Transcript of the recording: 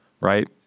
Right